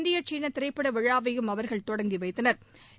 இந்திய சீனா திரைப்பட விழாவையும் அவர்கள் தொடங்கி வைத்தனா்